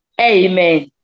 amen